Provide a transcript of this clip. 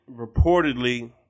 reportedly